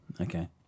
okay